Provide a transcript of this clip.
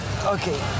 Okay